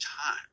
time